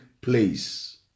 place